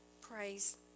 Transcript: Praise